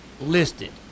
listed